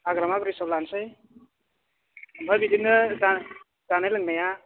हाग्रामा ब्रिड्जआव लानसै आमफ्राय बिदिनो जानाय लोंनाया